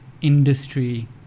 industry